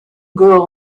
girl